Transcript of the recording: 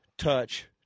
Touch